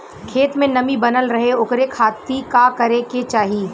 खेत में नमी बनल रहे ओकरे खाती का करे के चाही?